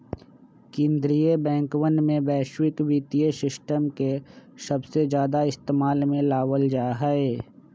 कीन्द्रीय बैंकवन में वैश्विक वित्तीय सिस्टम के सबसे ज्यादा इस्तेमाल में लावल जाहई